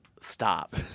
Stop